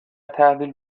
تحویل